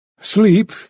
Sleep